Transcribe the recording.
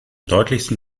deutlichsten